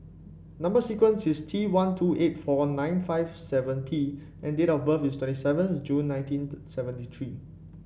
number sequence is T one two eight four nine five seven P and date of birth is twenty seventh June nineteen seventy three